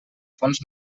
fons